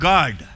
God